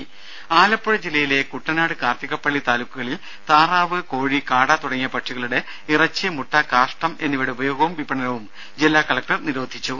ദേദ ആലപ്പുഴ ജില്ലയിലെ കുട്ടനാട് കാർത്തികപ്പള്ളി താലൂക്കുകളിൽ താറാവ് കോഴി കാട തുടങ്ങിയ പക്ഷികളുടെ ഇറച്ചി മുട്ട കാഷ്ഠം എന്നിവയുടെ ഉപയോഗവും വിപണനവും ജില്ലാ കലക്ടർ നിരോധിച്ചു